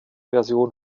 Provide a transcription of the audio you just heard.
version